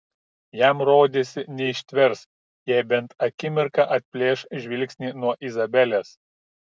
jam rodėsi neištvers jei bent akimirką atplėš žvilgsnį nuo izabelės